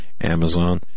Amazon